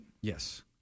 Yes